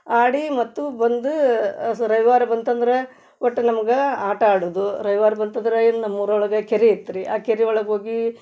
ಆಡಿ ಮತ್ತು ಬಂದು ಅಸ ರವಿವಾರ ಬಂತಂದರೆ ಒಟ್ಟು ನಮ್ಗೆ ಆಟ ಆಡೋದು ರವಿವಾರ ಬಂತಂದ್ರೆ ಇಲ್ಲಿ ನಮ್ಮ ಊರೊಳ್ಗೆ ಕೆರೆ ಇತ್ರಿ ಆ ಕೆರೆ ಒಳಗೆ ಹೋಗಿ